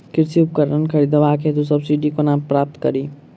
कृषि उपकरण खरीदबाक हेतु सब्सिडी कोना प्राप्त कड़ी?